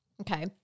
Okay